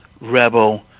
Rebel